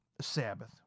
Sabbath